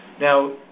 now